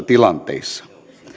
tilanteissa